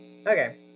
Okay